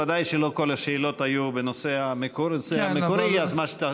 ודאי שלא כל השאלות היו בנושא המקורי אז מה שאתה,